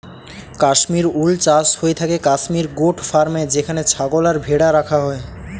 Kashmir wool চাষ হয়ে থাকে কাশ্মীর গোট ফার্মে যেখানে ছাগল আর ভেড়া রাখা হয়